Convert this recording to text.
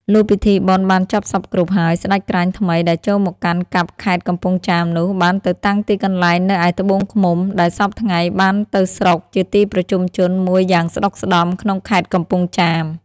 លុះពិធីបុណ្យបានចប់សព្វគ្រប់ហើយ ស្ដេចក្រាញ់ថ្មីដែលចូលមកកាន់កាប់ខេត្តកំពង់ចាមនោះ បានទៅតាំងទីកន្លែងនៅឯត្បូងឃ្មុំ ដែលសព្វថ្ងៃបានទៅស្រុក ជាទីប្រជុំជនមួយយ៉ាងស្ដុកស្ដម្ភ ក្នុងខេត្តកំពង់ចាម ។